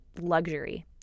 luxury